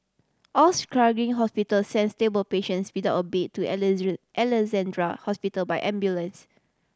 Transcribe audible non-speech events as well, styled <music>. all struggling hospital sent stable patients without a bed to <unintelligible> Alexandra Hospital by ambulance